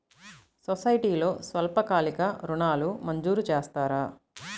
సొసైటీలో స్వల్పకాలిక ఋణాలు మంజూరు చేస్తారా?